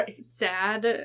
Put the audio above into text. sad